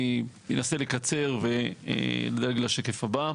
אני אנסה לקצר ונדלג לשקף הבא.